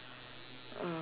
uh